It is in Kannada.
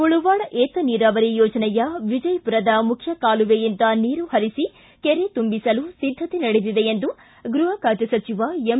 ಮುಳವಾಡ ವಿತನೀರಾವರಿ ಯೋಜನೆಯ ವಿಜಯಪುರದ ಮುಖ್ಯ ಕಾಲುವೆಯಿಂದ ನೀರು ಹರಿಸಲು ಸಿದ್ಧತೆ ನಡೆದಿದೆ ಎಂದು ಗೃಹ ಖಾತೆ ಸಚಿವ ಎಂ